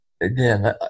again